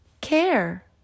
care